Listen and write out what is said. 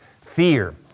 Fear